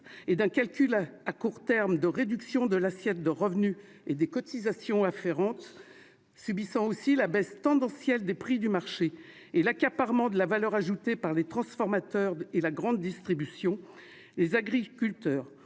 et d'un calcul de court terme de réduction de l'assiette de revenus et des cotisations afférentes, tout en subissant la baisse tendancielle des prix du marché ainsi que l'accaparement de la valeur ajoutée par les transformateurs et la grande distribution. Les agriculteurs